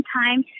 time